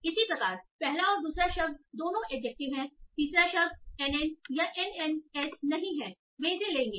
इसी प्रकार पहला और दूसरा शब्द दोनों एडजेक्टिव हैं तीसरा शब्द एनएन या एनएनएस नहीं है वे इसे लेंगे